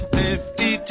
fifty